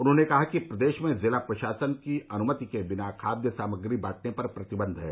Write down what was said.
उन्होंने कहा कि प्रदेश में जिला प्रशासन की अनुमति के बिना खाद्य सामग्री बांटने पर प्रतिबन्ध है